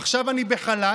עכשיו אני בחל"ת.